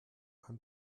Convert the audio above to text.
kann